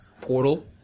portal